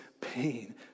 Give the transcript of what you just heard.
pain